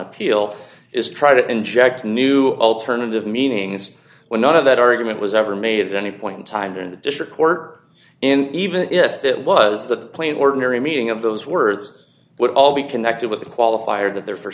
appeal is try to inject new alternative meanings when none of that argument was ever made any point in time in the district court and even if that was the plain ordinary meaning of those words would all be connected with the qualifier that they're for